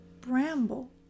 bramble